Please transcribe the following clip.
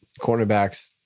cornerbacks